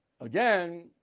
again